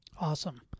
Awesome